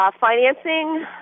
Financing